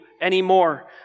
anymore